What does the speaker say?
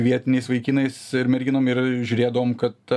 vietiniais vaikinais ir merginom ir žiūrėdavom kad